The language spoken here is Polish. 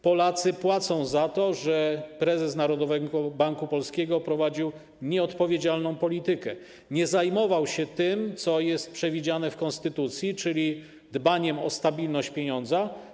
Polacy płacą za to, że prezes Narodowego Banku Polskiego prowadził nieodpowiedzialną politykę, nie zajmował się tym, co jest przewidziane w konstytucji, czyli dbaniem o stabilność pieniądza.